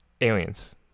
aliens